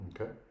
Okay